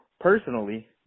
personally